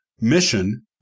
mission